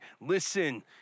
listen